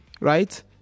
right